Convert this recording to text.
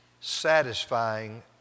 satisfying